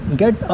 get